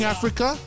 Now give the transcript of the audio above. Africa